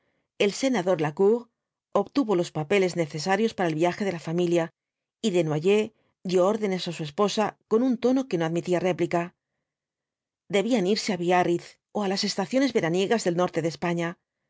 el senador lacour obtuvo los papeles necesarios para el viaje de la familia y desnoyers dio órdenes á su esposa con un tono que no admitía réplica debían irse á biarritz ó á las estaciones veraniegas del norte de españa